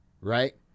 Right